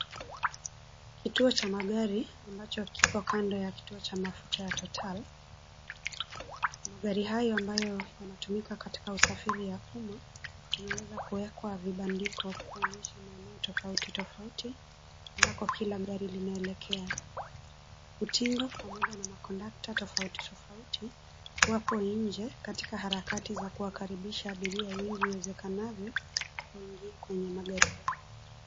Kituo cha magari, ambacho kipo kando ya kituo cha mafuta ya Total, magari hayo ambayo yanatumika katika usafiri ya umma, unaweza kuwekwa vibandiko kuonyesha maeneo tofauti tofauti ambapo kila gari linaelekea. Utingo pamoja na makondakta tofauti tofauti, wapo nje katika harakati za kuwakaribisha abiria wengi iwezekanavyo uingie kwenye magari yao.